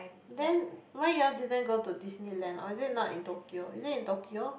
then why you all didn't go to Disneyland or is it not in Tokyo is it in Tokyo